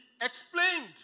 explained